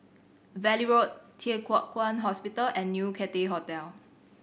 Valley Road Thye Hua Kwan Hospital and New Cathay Hotel